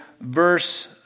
verse